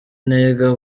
nenga